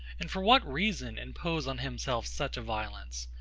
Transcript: and for what reason impose on himself such a violence?